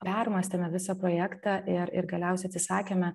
permąstėme visą projektą ir ir galiausiai atsisakėme